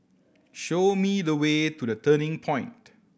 show me the way to The Turning Point